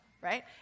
right